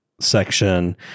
section